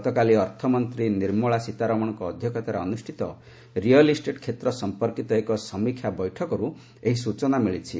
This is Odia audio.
ଗତକାଲି ଅର୍ଥମନ୍ତ୍ରୀ ନିର୍ମଳା ସୀତାରମଣଙ୍କ ଅଧ୍ୟକ୍ଷତାରେ ଅନୁଷ୍ଠିତ ରିୟଲ୍ ଇଷ୍ଟେଟ୍ କ୍ଷେତ୍ର ସମ୍ପର୍କିତ ଏକ ସମୀକ୍ଷା ବୈଠକରୁ ଏହି ସୂଚନା ମିଳିଛି